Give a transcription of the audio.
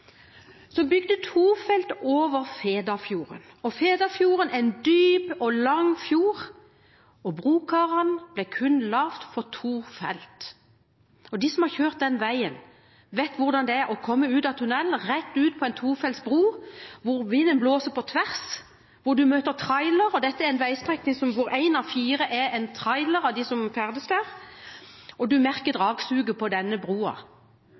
to felt over Fedafjorden. Fedafjorden er en dyp og lang fjord, og brokarene ble kun laget for to felt. De som har kjørt den veien, vet hvordan det er å komme ut av tunnelen og rett ut på en tofelts bro, hvor vinden blåser på tvers og en møter trailere. Dette er en veistrekning hvor én av fire som ferdes der, er en trailer,